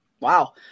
Wow